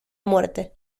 muerte